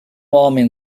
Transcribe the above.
homem